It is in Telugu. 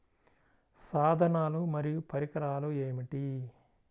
సాధనాలు మరియు పరికరాలు ఏమిటీ?